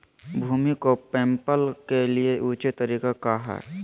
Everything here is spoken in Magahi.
भूमि को मैपल के लिए ऊंचे तरीका काया है?